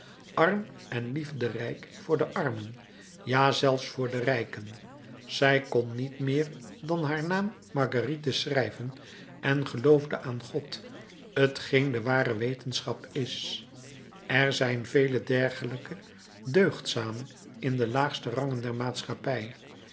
arm en liefderijk voor de armen ja zelfs voor de rijken zij kon niet meer dan haar naam margeritte schrijven en geloofde aan god t geen de ware wetenschap is er zijn vele dergelijke deugdzamen in de laagste rangen der maatschappij